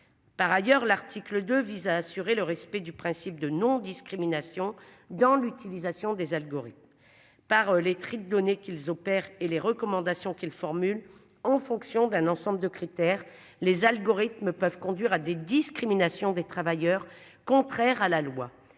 Par ailleurs, l'article de vise à assurer le respect du principe de non-discrimination dans l'utilisation des algorithmes. Par les tripes qu'ils opèrent et les recommandations qu'il formule en fonction d'un ensemble de critères les algorithmes peuvent conduire à des discriminations, des travailleurs contraires à la loi.